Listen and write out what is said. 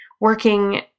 working